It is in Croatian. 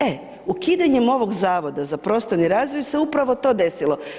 E ukidanjem ovog zavoda za prostorni razvoj se upravo to desilo.